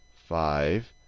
five,